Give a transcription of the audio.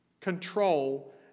control